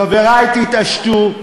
חברי, תתעשתו.